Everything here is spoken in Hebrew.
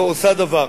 לא עושה דבר.